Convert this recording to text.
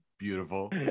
beautiful